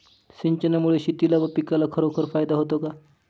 सिंचनामुळे शेतीला व पिकाला खरोखर फायदा होतो का?